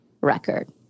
record